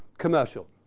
commercial.